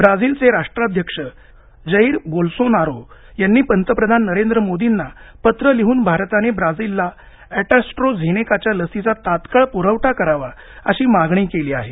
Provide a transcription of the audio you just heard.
ब्राझीलचे राष्ट्राध्यक्ष Jair Bolsonaro यांनी पंतप्रधान नरेंद्र मोदींना पत्र लिहून भारताने ब्राझालला अॅस्ट्रॉझेनेकाच्या लसीचा तात्काळ पुरवठा करावा अशी मागणी केली आहे